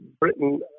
Britain